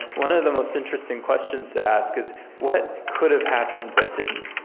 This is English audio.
one of the most interesting questions to ask is, what could have happened but didn't?